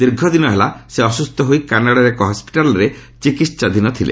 ଦୀର୍ଘଦିନ ହେଲା ସେ ଅସୁସ୍ଥ ହୋଇ କାନାଡ଼ାର ଏକ ହସ୍କିଟାଲ୍ରେ ଚିକିହାଧୀନ ଥିଲେ